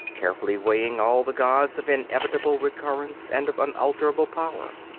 carefully weighing all the gods of inevitable recurrence and of unalterable power.